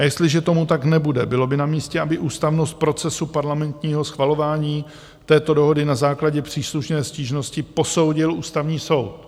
A jestliže tomu tak nebude, bylo by namístě, aby ústavnost procesu parlamentního schvalování této dohody na základě příslušné stížnosti posoudil Ústavní soud.